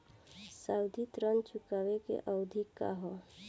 सावधि ऋण चुकावे के अवधि का ह?